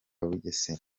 bugesera